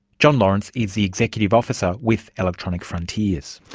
jon lawrence is the executive officer with electronic frontiers.